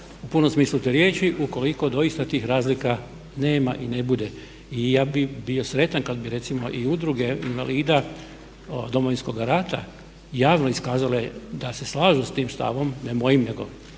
u punom smislu te riječi ukoliko doista tih razlika nema i ne bude i ja bih bio sretan kad bi recimo i udruge invalida Domovinskoga rata javno iskazale da se slažu sa tim stavom, ne mojim nego